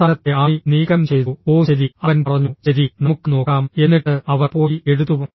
അവസാനത്തെ ആണി നീക്കം ചെയ്തു ഓ ശരി അവൻ പറഞ്ഞു ശരി നമുക്ക് നോക്കാം എന്നിട്ട് അവർ പോയി എടുത്തു